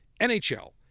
NHL